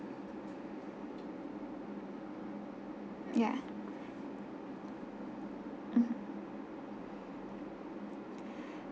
ya mm